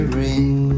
ring